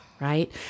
Right